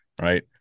Right